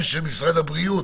משרד הבריאות,